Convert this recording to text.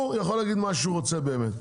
הוא יכול להגיד מה שהוא רוצה באמת,